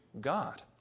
God